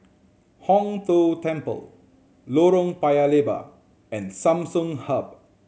Hong Tho Temple Lorong Paya Lebar and Samsung Hub